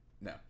No